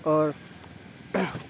اور